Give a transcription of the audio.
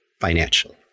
financially